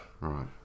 right